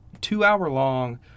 two-hour-long